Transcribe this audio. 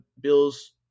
Bills